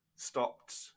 stopped